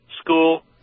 school